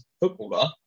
footballer